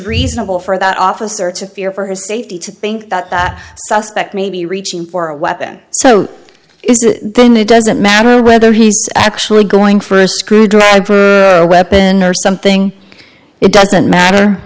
reasonable for that officer to fear for his safety to think that that suspect may be reaching for a weapon so is it then it doesn't matter whether he's actually going for a screwdriver a weapon or something it doesn't matter